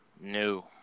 No